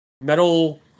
metal